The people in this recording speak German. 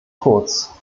kurz